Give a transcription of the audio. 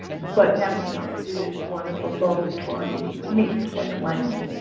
but now we know it is one of the low taurine meats like lamb